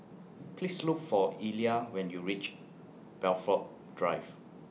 Please Look For Elia when YOU REACH Blandford Drive